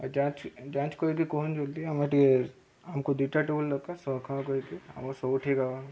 ଯାଞ୍ଚ ଯାଞ୍ଚ କରିକି ଟିକେ କହୁନ ଜଲ୍ଦି ଆମେ ଟିକେ ଆମକୁ ଦୁଇଟା ଟେବୁଲ ଦରକାର ସଂରକ୍ଷଣ କରିକି ଆମର ସବୁ ଠିକ୍ ହବା